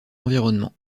environnement